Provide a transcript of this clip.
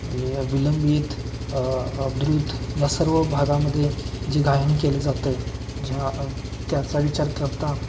विलंबित द्रुत या सर्व भागामध्ये जे गायन केलं जातं ज्या त्याचा विचार करता